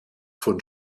von